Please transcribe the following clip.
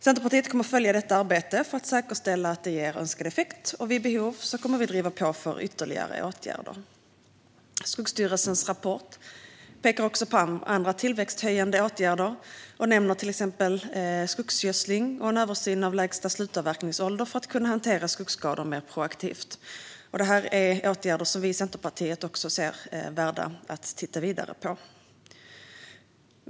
Centerpartiet kommer att följa detta arbete för att säkerställa att det ger önskad effekt och vid behov driva på för ytterligare åtgärder. Skogsstyrelsens rapport pekar också på andra tillväxthöjande åtgärder och nämner till exempel skogsgödsling och en översyn av lägsta slutavverkningsålder för att kunna hantera skogsskador mer proaktivt. Det här är åtgärder som vi i Centerpartiet menar är värda att titta vidare på.